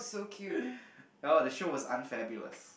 oh the show was Unfabulous